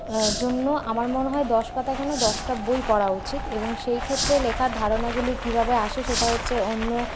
জন্য আমার মনে হয় দশ পাতা কেনো দশটা বই পড়া উচিৎ এবং সেই ক্ষেত্রে লেখার ধারণাগুলি কিভাবে আসে সেটা হচ্ছে অন্য